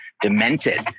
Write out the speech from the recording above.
demented